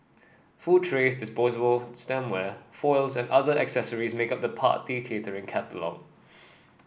food trays disposable stemware foils and other accessories make up the party catering catalogue